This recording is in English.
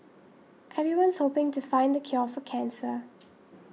everyone's hoping to find the cure for cancer